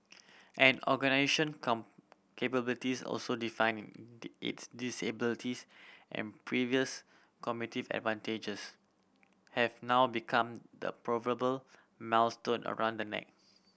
an capabilities also define its disabilities and previous competitive advantages have now become the proverbial millstone around the neck